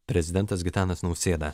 prezidentas gitanas nausėda